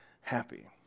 happy